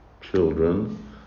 children